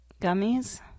Gummies